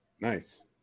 nice